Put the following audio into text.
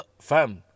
Fam